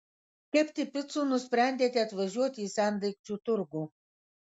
kepti picų nusprendėte atvažiuoti į sendaikčių turgų